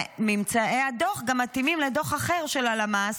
ממצאי הדוח גם מתאימים לדוח אחר של הלמ"ס: